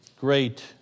great